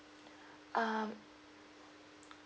um